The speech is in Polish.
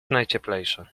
najcieplejsze